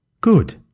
Good